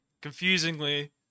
confusingly